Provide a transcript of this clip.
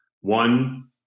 one